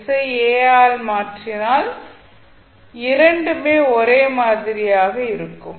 s ஐ s ஆல் மாற்றினால் இரண்டுமே ஒரே மாதிரியாக இருக்கும்